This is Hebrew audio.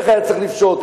איך היה צריך לפשוט,